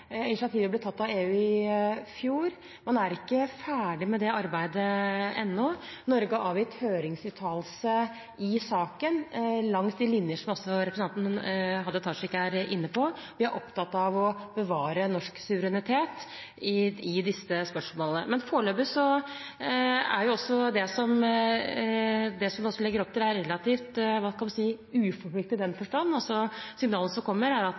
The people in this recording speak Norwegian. Initiativet ble tatt av EU i fjor. Man er ikke ferdig med det arbeidet ennå. Norge har avgitt høringsuttalelse i saken langs de linjer som også representanten Hadia Tajik er inne på. Vi er opptatt av å bevare norsk suverenitet i disse spørsmålene. Foreløpig er det som det legges opp til, relativt uforpliktende. Signalet som kommer, er